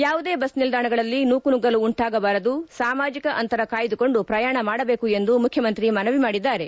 ಯಾವುದೇ ಬಸ್ ನಿಲ್ದಾಣಗಳಲ್ಲಿ ನೂಕು ನುಗ್ಗಲು ಉಂಟಾಗಬಾರದು ಸಾಮಾಜಕ ಅಂತರ ಕಾಯ್ದುಕೊಂಡು ಪ್ರಯಾಣ ಮಾಡಬೇಕು ಎಂದು ಮುಖ್ಯಮಂತ್ರಿ ಮನವಿ ಮಾಡಿದ್ದಾರೆ